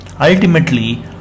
Ultimately